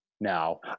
Now